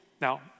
Now